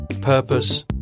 Purpose